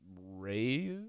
Ray